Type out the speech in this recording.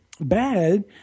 bad